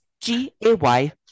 G-A-Y